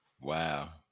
wow